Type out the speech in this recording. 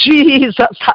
Jesus